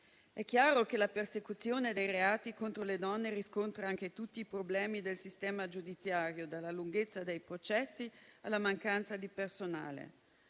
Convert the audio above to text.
È chiaro che la persecuzione dei reati contro le donne riscontra anche tutti i problemi del sistema giudiziario, dalla lunghezza dei processi alla mancanza di personale,